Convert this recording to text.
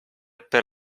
per